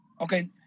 Okay